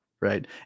right